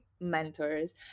mentors